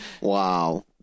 Wow